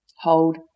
hold